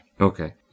Okay